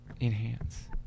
Enhance